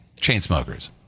Chainsmokers